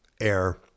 air